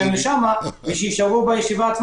שם כדי שיישארו בישיבה.